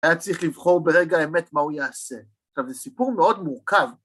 ‫היה צריך לבחור ברגע האמת ‫מה הוא יעשה. ‫עכשיו, זה סיפור מאוד מורכב.